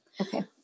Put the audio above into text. okay